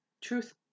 Truth